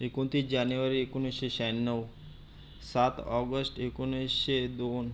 एकोणतीस जानेवारी एकोणीसशे शहाण्णव सात ऑगस्ट एकोणीसशे दोन